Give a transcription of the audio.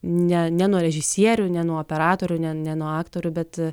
ne ne nuo režisierių ne nuo operatorių ne ne nuo aktorių bet